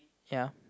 ya